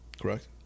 correct